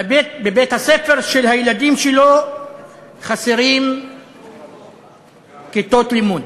בבית-הספר של הילדים שלו חסרות כיתות לימוד,